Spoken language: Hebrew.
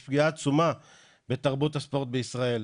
ישנה פגיעה עצומה בתרבות הספורט בישראל.